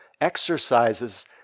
exercises